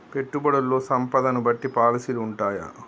పెట్టుబడుల్లో సంపదను బట్టి పాలసీలు ఉంటయా?